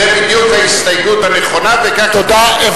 זו בדיוק ההסתייגות הנכונה, וכך צריכה להיות.